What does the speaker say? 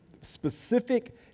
specific